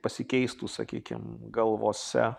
pasikeistų sakykim galvose